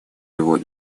его